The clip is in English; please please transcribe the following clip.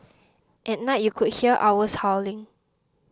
at night you could hear owls hooting